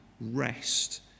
rest